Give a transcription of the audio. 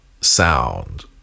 sound